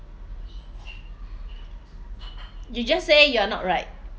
you just say you're not right